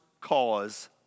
cause